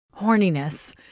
horniness